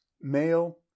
male